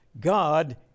God